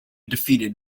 defeated